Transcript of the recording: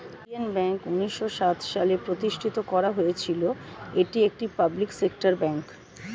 Indian bank উন্নিশো সাত সালে প্রতিষ্ঠিত করা হয়েছিল, এটি একটি পাবলিক সেক্টর ব্যাঙ্ক